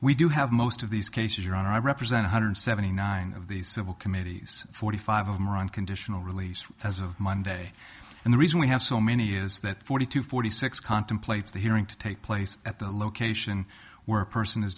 we do have most of these cases your honor i represent one hundred seventy nine of these civil committees forty five of them are on conditional release as of monday and the reason we have so many is that forty two forty six contemplates the hearing to take place at the location where a person is